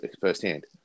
firsthand